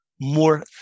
more